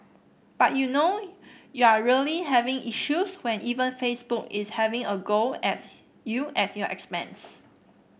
but you know you're really having issues when even Facebook is having a go at you at your expense